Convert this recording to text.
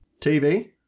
TV